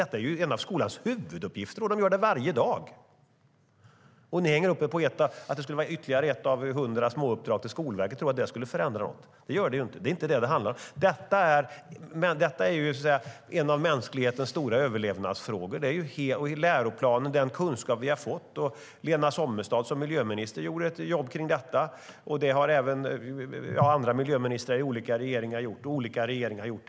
Detta är en av skolans huvuduppgifter, något man gör i skolan varje dag. Då hänger ni upp er på att det skulle vara ytterligare ett av hundra småuppdrag till Skolverket och tror att det skulle förändra något. Men det gör det inte - det handlar inte om det. Detta är så att säga en av mänsklighetens stora överlevnadsfrågor. Det kan man se i läroplanen och den kunskap som vi har fått. Lena Sommestad gjorde som miljöminister ett jobb kring detta, och det har även andra miljöministrar och olika regeringar gjort.